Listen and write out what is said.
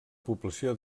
població